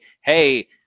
hey